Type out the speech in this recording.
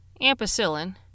ampicillin